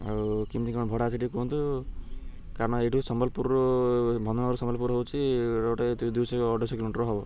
ଆଉ କେମିତି କ'ଣ ଭଡ଼ା ଅଛି ଟିକେ କୁହନ୍ତୁ କାରଣ ଏଇଠୁ ସମ୍ବଲପୁରରୁ ଭନର ସମ୍ବଲପୁର ହେଉଛି ଗୋଟେ ଦୁଇଶହ ଅଢ଼େଇ ଶହ କିଲୋମିଟର ହେବ